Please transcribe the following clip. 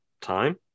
time